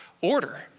order